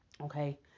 Okay